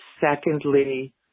secondly